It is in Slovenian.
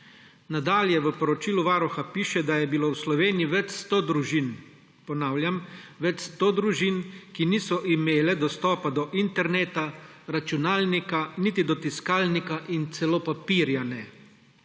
Nadalje v poročilu Varuha piše, da je bilo v Sloveniji več sto družin, ponavljam, več sto družin, ki niso imele dostopa do interneta, računalnika niti do tiskalnika in celo papirja ne.